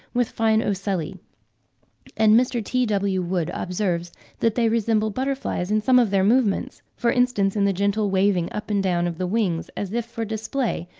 with fine ocelli and mr. t w. wood observes that they resemble butterflies in some of their movements for instance, in the gentle waving up and down of the wings as if for display,